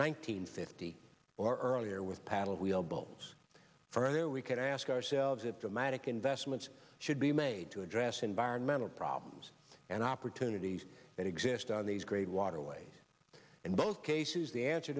hundred fifty or earlier with paddlewheel boats for until we can ask ourselves if dramatic investments should be made to address environmental problems and opportunities that exist on these great waterways in both cases the answer